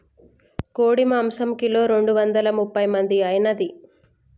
కోడి మాంసం కిలో రెండు వందల ముప్పై మంది ఐనాది